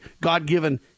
God-given